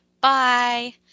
Bye